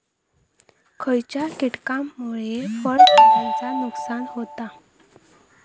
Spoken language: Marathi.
खयच्या किटकांमुळे फळझाडांचा नुकसान होता?